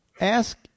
ask